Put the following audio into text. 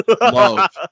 love